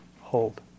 hold